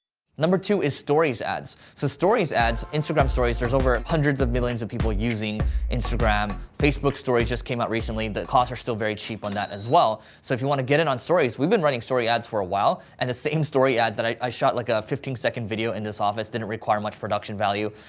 number two is stories ads. so stories ads, instagram stories, there's over hundreds of millions of people using instagram. facebook stories just came out recently. the costs are still very cheap on that as well. so if you wanna get in on stories, we've been writing story ads for a while. and the same story ads that i, i shot like a fifteen second video in this office, didn't require much production value.